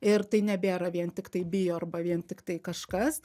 ir tai nebėra vien tiktai bio arba vien tiktai kažkas